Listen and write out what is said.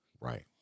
Right